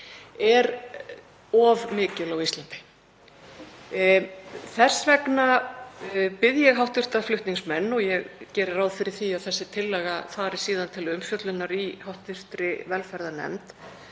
er of mikil á Íslandi. Þess vegna bið ég hv. flutningsmenn, og ég geri ráð fyrir að þessi tillaga fari síðan til umfjöllunar í hv. velferðarnefnd,